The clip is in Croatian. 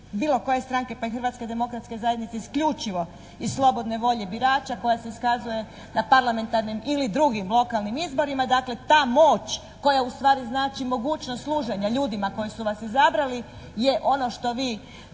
bilo koje stranke pa i Hrvatske demokratske zajednice isključivo iz slobodne volje birača koja se iskazuje na parlamentarnim ili drugim lokalnim izborima. Dakle, ta moć koja ustvari znači mogućnost služenja ljudima koji su vas izabrali je ono što vi,